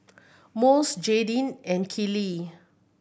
Mose Jadyn and Keely